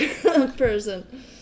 person